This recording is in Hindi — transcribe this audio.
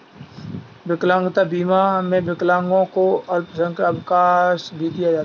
विकलांगता बीमा में विकलांगों को अल्पकालिक अवकाश भी दिया जाता है